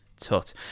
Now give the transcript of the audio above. Tut